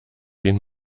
den